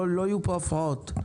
לא יהיו פה הפרעות.